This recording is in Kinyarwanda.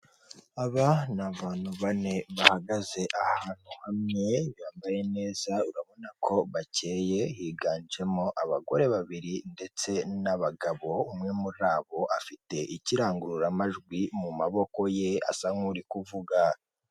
Aba ni abantu bane bahagaze ahantu hamwe, bambaye neza, urabona ko bakeye, higanjemo abagore babiri ndetse n'abagabo, umwe muri bo afite ikirangururamajwi mu maboko ye, asa nk'uri kuvuga.